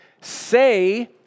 say